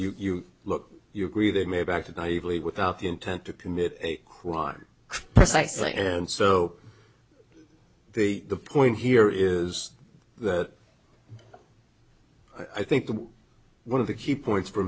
that you look you agree they may have acted naive late without the intent to commit a crime precisely and so they the point here is that i think that one of the key points for